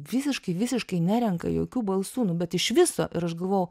visiškai visiškai nerenka jokių balsų nu bet iš viso ir aš galvojau